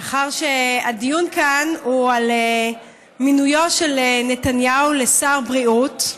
מאחר שהדיון כאן הוא על מינויו של נתניהו לשר בריאות,